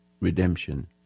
redemption